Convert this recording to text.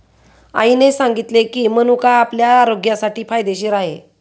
आईने सांगितले की, मनुका आपल्या आरोग्यासाठी फायदेशीर आहे